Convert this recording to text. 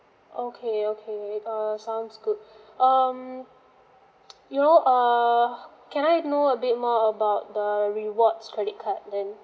okay okay uh sounds good um you know err can I know a bit more about the rewards credit card then